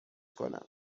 کنم